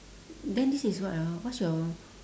then this is what ah what's your